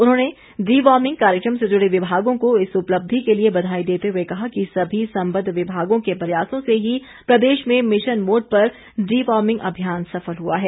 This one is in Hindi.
उन्होंने डिवॉर्मिंग कार्यकम से जुड़े विभागों को इस उपलब्धि के लिए बधाई देते हुए कहा कि सभी सम्बद्ध विभागों के प्रयासों से ही प्रदेश में मिशन मोड पर डिवार्मिंग अभियान सफल हुआ है